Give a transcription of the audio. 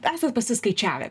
esat pasiskaičiavę